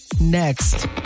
next